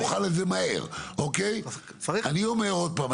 אני אומר עוד פעם,